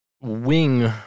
wing